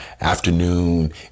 afternoon